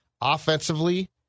offensively